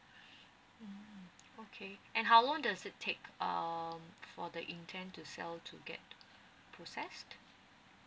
mm okay and how long does it take um for the intend to sell to get process